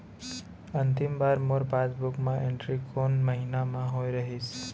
अंतिम बार मोर पासबुक मा एंट्री कोन महीना म होय रहिस?